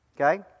okay